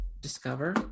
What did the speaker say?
discover